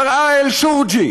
בראה אלשורבג'י,